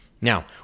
Now